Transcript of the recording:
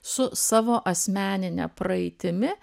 su savo asmenine praeitimi